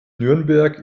nürnberg